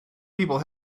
people